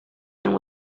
and